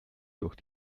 durch